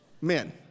Men